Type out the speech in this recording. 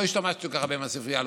לא השתמשתי כל כך הרבה בספרייה הלאומית,